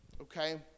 okay